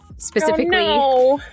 Specifically